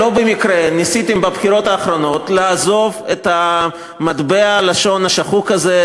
לא במקרה ניסיתם בבחירות האחרונות לעזוב את מטבע הלשון השחוק הזה,